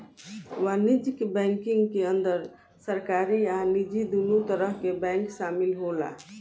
वाणिज्यक बैंकिंग के अंदर सरकारी आ निजी दुनो तरह के बैंक शामिल होला